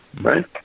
Right